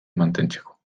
mantentzeko